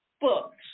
books